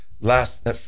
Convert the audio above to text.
last